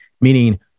meaning